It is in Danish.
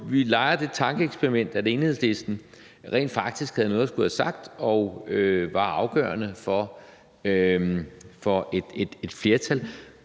foretager det tankeeksperiment, at Enhedslisten rent faktisk havde noget at skulle have sagt og var afgørende for et flertal,